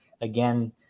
Again